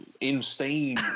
insane